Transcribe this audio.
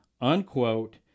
unquote